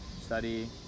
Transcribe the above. study